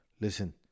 listen